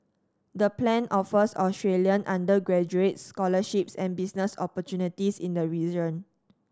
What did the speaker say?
the plan offers Australian undergraduates scholarships and business opportunities in the region